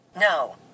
No